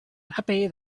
happy